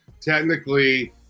technically